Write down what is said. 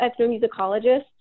ethnomusicologists